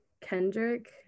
Kendrick